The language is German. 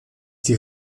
die